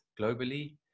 globally